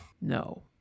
No